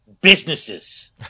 businesses